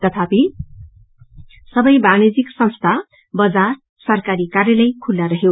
तथापि सबै वाणिज्यिक संस्था बजार सरकारी कायागलय खुल्ला हयो